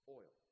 oil